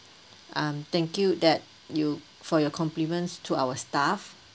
um thank you that you for your compliments to our staff